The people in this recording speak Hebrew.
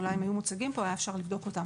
אולי אילו הם היו מוצגים פה אפשר היה לבדוק אותם.